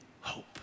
hope